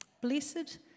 Blessed